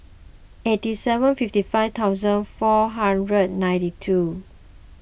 eighty seven fifty five thousand four hundred ninety two